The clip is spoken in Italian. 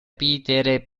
peter